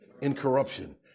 Incorruption